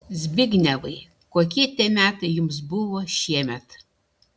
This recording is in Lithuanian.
zbignevai kokie tie metai jums buvo šiemet